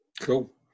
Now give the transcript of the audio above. Cool